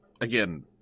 again